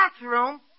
bathroom